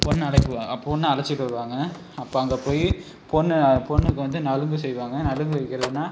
பொண்ணை அழைப்பு பொண்ணை அழைத்திட்டு வருவாங்க அப்போ அங்கே போய் பொண்ணு பொண்ணுக்கு வந்து நலங்கு செய்வாங்க நலங்கு வைக்கிறதுனால்